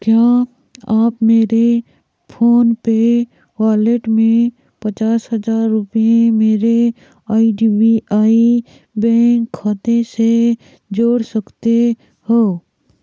क्या आप मेरे फ़ोनपे वॉलेट में पचास हज़ार रुपये मेरे I D B I bank खाते से जोड़ सकते हो